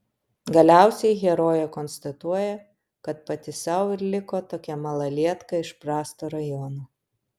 galiausiai herojė konstatuoja kad pati sau ir liko tokia malalietka iš prasto rajono